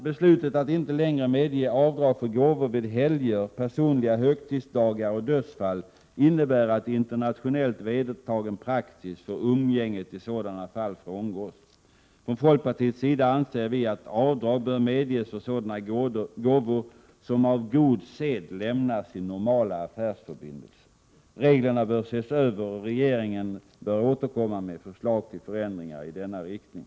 Beslutet att inte längre medge avdrag för gåvor vid helger, personliga högtidsdagar och dödsfall innebär att internationellt vedertagen praxis för umgänget i sådana fall frångås. Från folkpartiets sida anser vi att avdrag bör medges för sådana gåvor som av god sed lämnas i normala affärsförbindelser. Reglerna bör ses över, och regeringen bör återkomma med förslag till förändringar i denna riktning.